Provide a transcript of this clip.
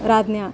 राज्ञाम्